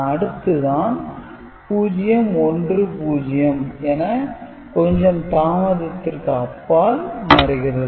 அடுத்து தான் 0 1 0 என கொஞ்சம் தாமதத்திற்கு அப்பால் மாறுகிறது